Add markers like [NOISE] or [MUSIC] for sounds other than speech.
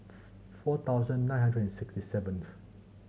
[NOISE] four thousand nine hundred and sixty seventh